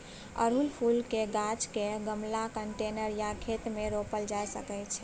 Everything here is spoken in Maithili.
अड़हुल फुलक गाछ केँ गमला, कंटेनर या खेत मे रोपल जा सकै छै